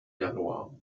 januar